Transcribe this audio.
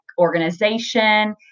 organization